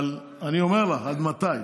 אבל אני אומר לך: עד מתי?